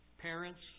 Parents